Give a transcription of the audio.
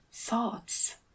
Thoughts